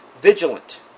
Vigilant